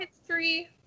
history